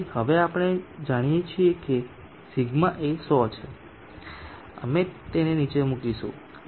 હવે આપણે જાણીએ છીએ કે σ એ 100 છે અમે તેને નીચે મૂકીશું 9